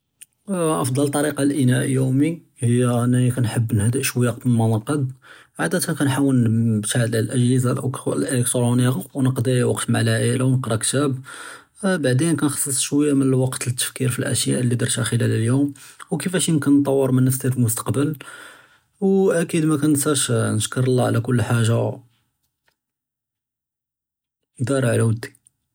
אفضל טריקּה לאל אינהאא אליומי היא אנני כּנחב נהדע שׁוּיַא קבל מא נרקּד עאדתן כּנחאוול נבעד עלא אלאגְ'הִזה אלאִלֶכתרונִיַה ונקּצִי וקת מעא אלעאִלה ונקּרא כּתאב ובעדִין כּנחַ'סִס שׁוּיַא וקת לתפכִּיר פאלאשיא אללי דרתהא חְ'לָאל אליום וכּפאש יומכּן נטוּר מן נפסי פאלמסתקּבּל ואכִּיד מא כּנְסאש נְשְכּר אללה עלא כּל חאג׳ה.